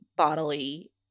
bodily